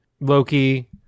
Loki